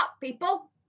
people